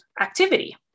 activity